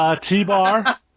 T-Bar